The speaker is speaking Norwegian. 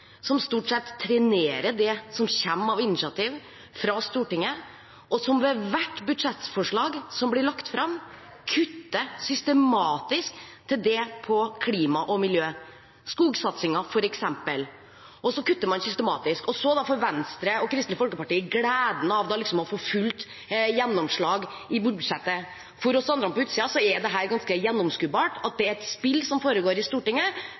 som stort sett trenerer det som kommer av initiativ fra Stortinget, og som ved hvert budsjettforslag som blir lagt fram, kutter systematisk på området klima og miljø – skogsatsingen, f.eks. Man kutter systematisk, og så får Venstre og Kristelig Folkeparti gleden av liksom å få fullt gjennomslag i budsjettet. For oss på utsiden er det ganske gjennomskuelig at det er et spill som foregår i Stortinget,